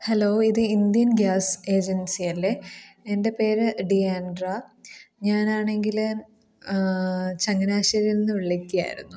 hello ഇത് Indian gas ഏജൻസിയല്ലേ എൻ്റെ പേര് ഡിയാൻഡ്ര ഞാനാണെങ്കിൽ ചങ്ങനാശ്ശേരിയിൽനിന്ന് വിളിക്കുകയായിരുന്നു